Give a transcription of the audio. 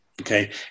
Okay